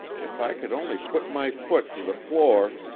if i could only put my foot to the floor